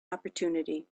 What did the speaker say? opportunity